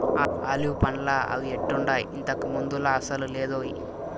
olive పండ్లా అవి ఎట్టుండాయి, ఇంతకు ముందులా అసలు లేదోయ్